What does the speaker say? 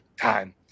time